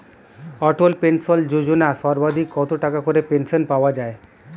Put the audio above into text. অটল pension Yojana সর্বাধিক কত টাকা করে পেনশন পাওয়া যায়?